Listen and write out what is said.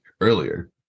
earlier